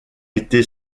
été